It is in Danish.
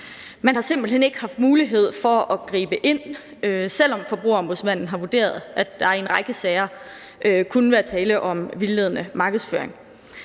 Man har simpelt hen ikke haft mulighed for at gribe ind, selv om Forbrugerombudsmanden har vurderet, at der i en række sager kunne være tale om vildledende markedsføring.